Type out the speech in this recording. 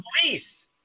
police